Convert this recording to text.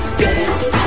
dance